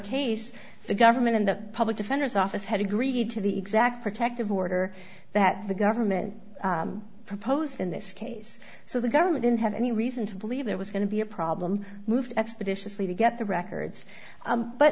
case the government and the public defender's office had agreed to the exact protective order that the government proposed in this case so the government didn't have any reason to believe there was going to be a problem move expeditiously to get the records